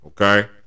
Okay